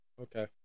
Okay